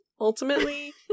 ultimately